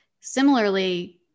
similarly